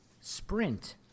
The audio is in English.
Sprint